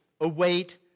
await